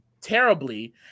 terribly